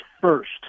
first